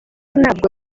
ntabwo